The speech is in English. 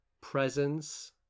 presence